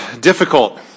difficult